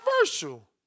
controversial